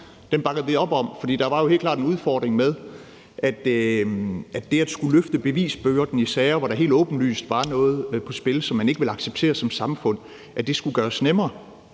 den bakkede vi op om, for der var jo helt klart en udfordring med det at skulle løfte bevisbyrden i sager, hvor der helt åbenlyst var noget på spil, som man ikke ville acceptere som samfund, og det skulle gøres nemmere.